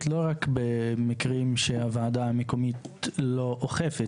לא רק במקרים שהוועדה המקומית לא אוכפת,